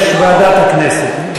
ועדת הכנסת.